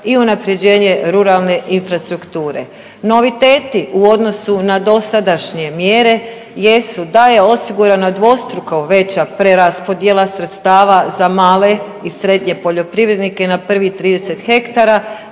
i unaprjeđenje ruralne infrastrukture. Noviteti u odnosu na dosadašnje mjere jesu da je osigurana dvostruko veća preraspodjela sredstava za male i srednje poljoprivrednike i na prvih 30 hektara